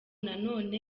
nanone